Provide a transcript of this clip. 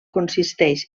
consisteix